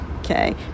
okay